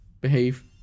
behave